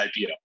IPO